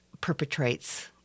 perpetrates